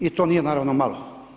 I to nije naravno malo.